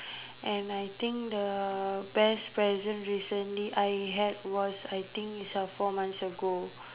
and I think the best present recently I get I think is four months ago